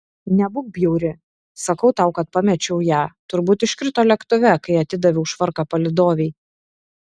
nebūk bjauri sakau tau kad pamečiau ją turbūt iškrito lėktuve kai atidaviau švarką palydovei